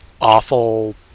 awful